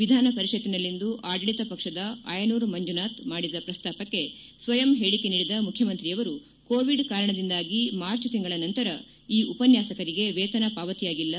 ವಿಧಾನ ಪರಿಷತ್ತಿನಲ್ಲಿಂದು ಆಡಳಿತ ಪಕ್ಷದ ಆಯನೂರು ಮಂಜುನಾಥ್ ಈ ಬಗ್ಗೆ ಮಾಡಿದ ಶ್ರಸ್ತಾಪಕ್ಕೆ ಸ್ವಯಂ ಹೇಳಿಕೆ ನೀಡಿದ ಮುಖ್ಯಮಂತ್ರಿಯವರು ಕೋವಿಡ್ ಕಾರಣದಿಂದಾಗಿ ಮಾರ್ಚ್ ತಿಂಗಳ ನಂತರ ಈ ಉಪನ್ಯಾಸಕರಿಗೆ ವೇತನ ಪಾವತಿಯಾಗಿಲ್ಲ